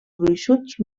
gruixuts